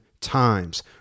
times